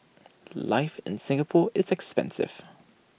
life in Singapore is expensive